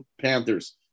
Panthers